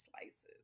slices